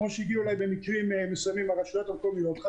כמו שבמקרים מסוימים הגיעו אליי הרשויות המקומיות,